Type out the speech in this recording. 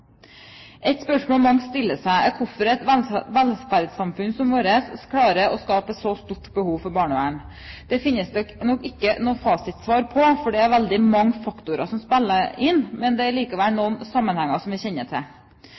hvorfor et velferdssamfunn som vårt klarer å skape et så stort behov for barnevern. Det finnes det nok ikke noe fasitsvar på, for det er veldig mange faktorer som spiller inn. Det er likevel noen sammenhenger som vi kjenner til.